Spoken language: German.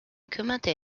kümmerte